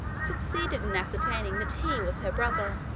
succeeded in ascertaining that he was her brother,